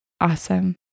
Awesome